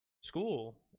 school